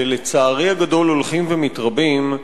שלצערי הגדול הולכים ומתרבים,